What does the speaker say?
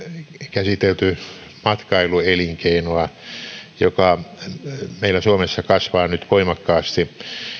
käsitelty matkailuelinkeinoa joka meillä suomessa kasvaa nyt voimakkaasti